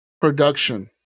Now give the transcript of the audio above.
Production